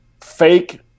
fake